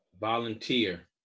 volunteer